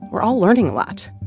we're all learning a lot.